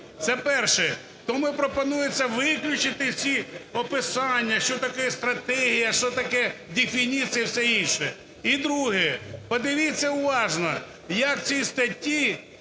Це перше. Тому пропонується виключити всі описания: що таке стратегія, що таке дефініція і все інше. І друге. Подивіться уважно, як в цій статті